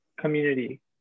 community